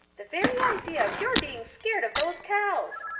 the very idea of your being scared of those cows,